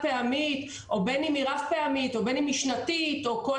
חד-פעמית או בין אם היא רב-פעמית או בין אם היא שנתית או כל